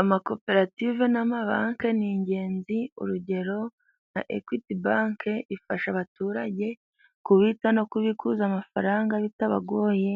Amakoperative n'amabanki ni ingenzi. urugero nka Ekwiti banki ifasha abaturage kubitsa no kubikuza amafaranga bitabagoye,